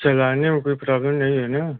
चलाने में कोई प्रॉब्लम नहीं है ना